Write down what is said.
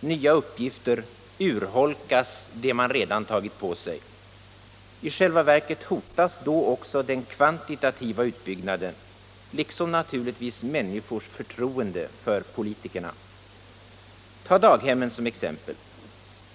nya uppgifter, urholkas det man redan tagit på sig. I själva verket hotas då också den kvantitativa utbyggnaden liksom naturligtvis människors förtroende för politikerna. Tag daghemmen som exempel!